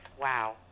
wow